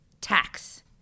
tax